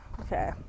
Okay